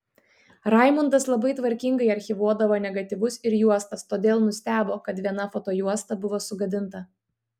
raimundas labai tvarkingai archyvuodavo negatyvus ir juostas todėl nustebo kad viena fotojuosta buvo sugadinta